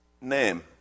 name